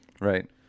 Right